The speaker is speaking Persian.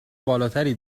بالاتری